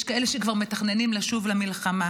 יש כאלה שכבר מתכננים לשוב למלחמה,